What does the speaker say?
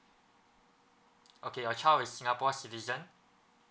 okay your child is singapore citizen